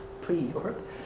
pre-Europe